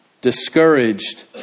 Discouraged